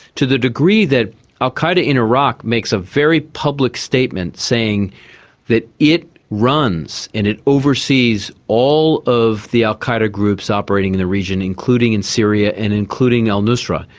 to the degree that al qaeda in iraq makes a very public statement saying that it runs and it overseas all of the al qaeda groups operating in the region, including in syria and including al-nusra.